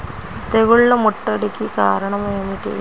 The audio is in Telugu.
తెగుళ్ల ముట్టడికి కారణం ఏమిటి?